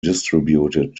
distributed